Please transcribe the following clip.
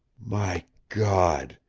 my god,